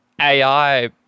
AI